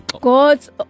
God's